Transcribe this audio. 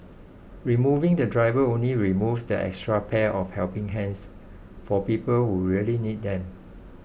removing the driver only removes that extra pair of helping hands for people who really need them